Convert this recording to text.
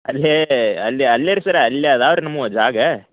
ಅಲ್ಲೇ ಅಲ್ಲಿ ಅಲ್ಲೇ ಸರ್ರ ಅಲ್ಲೇ ಇದಾವ್ ರೀ ನಮ್ಮವು ಜಾಗ